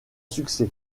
succès